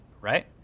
right